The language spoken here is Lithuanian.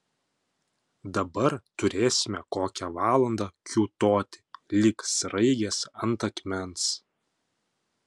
dabar turėsime kokią valandą kiūtoti lyg sraigės ant akmens